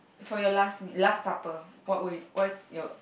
for your last last supper what would what's your